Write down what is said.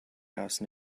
house